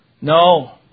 no